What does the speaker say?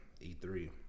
E3